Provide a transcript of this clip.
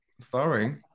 Sorry